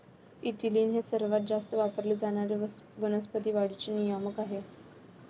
ethylene हे सर्वात जास्त वापरले जाणारे वनस्पती वाढीचे नियामक आहे